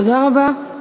תודה רבה.